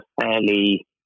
fairly